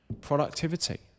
Productivity